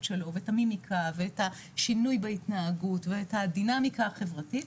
שלו ואת המימיקה ואת השינוי בהתנהגות ואת הדינמיקה החברתית,